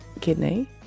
kidney